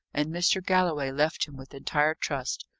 and mr. galloway left him with entire trust.